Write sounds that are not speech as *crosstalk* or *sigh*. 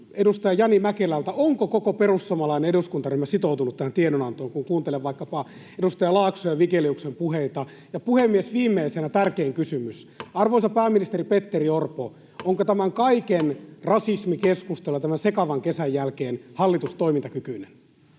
edustaja Jani Mäkelältä, onko koko perussuomalainen eduskuntaryhmä sitoutunut tähän tiedonantoon, kun kuuntelen vaikkapa edustaja Laakson ja Vigeliuksen puheita. *noise* Ja puhemies, viimeisenä tärkein kysymys: arvoisa pääministeri Petteri Orpo, *noise* onko tämän kaiken rasismikeskustelun ja tämän sekavan kesän jälkeen hallitus toimintakykyinen?